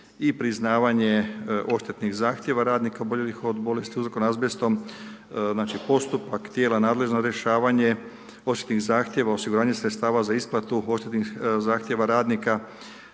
i priznavanje odštetnih zahtjeva radnika oboljelih od bolesti uzrokovanih azbestom, znači postupak tijela nadležna za rješavanje, početnih zahtjeva osiguranja sredstava za isplatu, odštetnih zahtjeva radnika